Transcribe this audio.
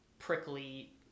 prickly